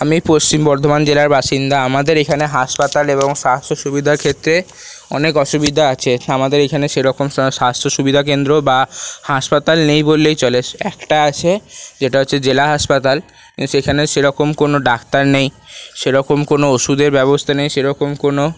আমি পশ্চিম বর্ধমান জেলার বাসিন্দা আমাদের এখানে হাসপাতাল এবং স্বাস্থ্য সুবিধার ক্ষেত্রে অনেক অসুবিধা আছে আমাদের এখানে সেরকম স্বাস্থ্য সুবিধা কেন্দ্র বা হাসপাতাল নেই বললেই চলে একটা আছে যেটা হচ্ছে জেলা হাসপাতাল সেখানে সেরকম কোনও ডাক্তার নেই সেরকম কোনও ওষুধের ব্যবস্থা নেই সেরকম কোনও